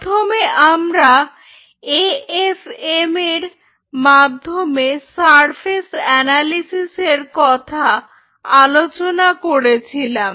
প্রথমে আমরা A F M এর মাধ্যমে সারফেস অ্যানালিসিসের কথা আলোচনা করেছিলাম